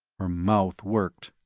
her mouth worked.